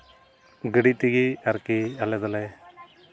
ᱜᱟᱹᱰᱤ ᱛᱮᱜᱮ ᱟᱨᱠᱤ ᱟᱞᱮ ᱫᱚᱞᱮ